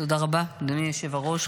תודה רבה, אדוני היושב-ראש.